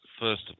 first